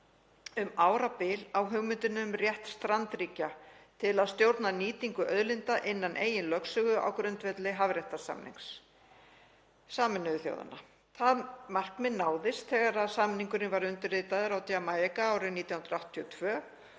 um árabil á hugmyndinni um rétt strandríkja til að stjórna nýtingu auðlinda innan eigin lögsögu á grundvelli hafréttarsamnings Sameinuðu þjóðanna. Það markmið náðist þegar samningurinn var undirritaður á Jamaíku árið 1982